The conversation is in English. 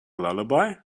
lullaby